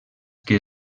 que